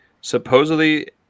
supposedly